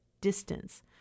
distance